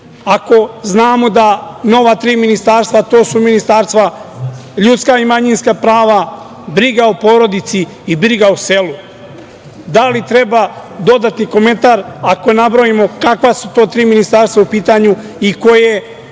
Ako znamo da nova tri ministarstva, a to su ministarstva za ljudska i manjinska prava, briga o porodici i briga o selu, da li treba dodati komentar, ako nabrojimo kakva su to tri ministarstva u pitanju i koje